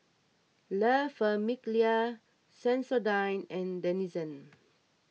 La Famiglia Sensodyne and Denizen